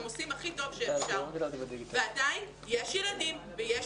הם עושים הכי טוב שאפשר ועדיין יש ילדים ויש